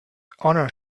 honour